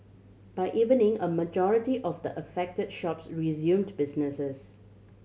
by evening a majority of the affected shops resumed businesses